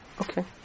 Okay